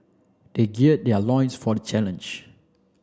they geared their loins for the challenge